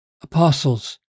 apostles